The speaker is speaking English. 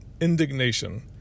Indignation